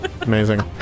Amazing